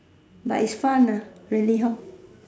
but is fun ah really hor